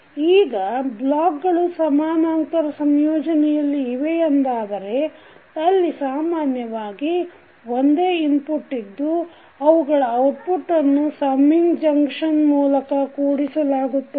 ಈಗ ಬ್ಲಾಕ್ ಗಳು ಸಮಾನಾಂತರ ಸಂಯೋಜನೆಯಲ್ಲಿ ಇದೆಯೆಂದಾದರೆ ಅಲ್ಲಿ ಸಾಮಾನ್ಯವಾಗಿ ಒಂದೇ ಇನ್ಪುಟ್ ಇದ್ದು ಅವುಗಳ ಔಟ್ಪುಟ ಅನ್ನು ಸಮ್ಮಿಂಗ್ ಜಂಕ್ಷನ್ ಮೂಲಕ ಕೂಡಿಸಲಾಗುತ್ತದೆ